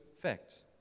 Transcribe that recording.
facts